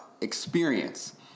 experience